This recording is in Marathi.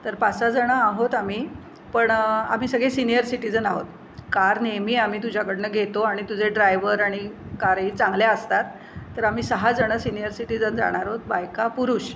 तर पाच सहाजणं आहोत आम्ही पण आम्ही सगळे सीनियर सिटिजन आहोत कार नेहमी आम्ही तुझ्याकडून घेतो आणि तुझे ड्रायव्हर आणि कारही चांगल्या असतात तर आम्ही सहाजणं सिनियर सिटिझन जाणार आहोत बायका पुरुष